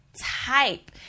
type